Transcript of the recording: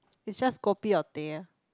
it's just kopi or teh